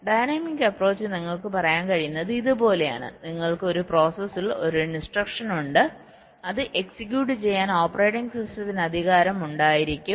dynamic approach നിങ്ങൾക്ക് പറയാൻ കഴിയുന്നത് ഇത് പോലെയാണ് നിങ്ങൾക്ക് ഒരു പ്രോസസറിൽ ഒരു ഇൻസ്ട്രക്ഷൻ ഉണ്ട് അത് എക്സിക്യൂട്ട് ചെയ്യാൻ ഓപ്പറേറ്റിംഗ് സിസ്റ്റത്തിന് അധികാരം ഉണ്ടായിരിക്കാം